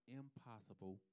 impossible